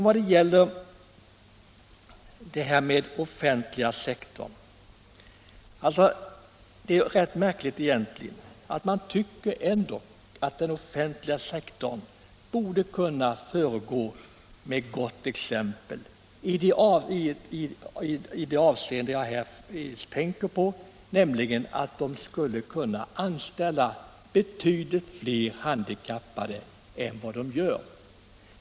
Vad sedan gäller den offentliga sektorn: Det är rätt märkligt egentligen; man tycker att den offentliga sektorn borde kunna föregå med gott exempel i det avseende jag här tänker på, nämligen så till vida att den skulle kunna anställa betydligt fler handikappade än den gör.